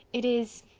it is.